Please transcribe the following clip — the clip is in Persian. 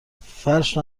فرش